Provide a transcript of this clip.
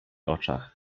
oczach